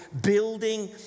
building